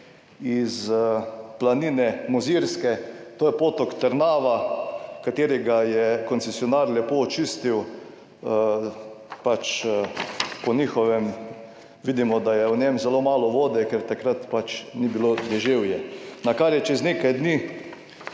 iz planine, Mozirske, to je potok Trnava, katerega je koncesionar lepo očistil. Po njihovem vidimo, da je v njem zelo malo vode, ker takrat ni bilo deževja. Na kar je čez nekaj dni